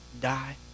die